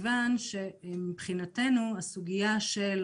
מבחינתנו הסוגייה של